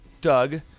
Doug